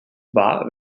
wahr